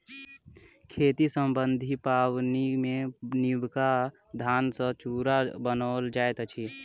खेती सम्बन्धी पाबनिमे नबका धान सॅ चूड़ा बनाओल जाइत अछि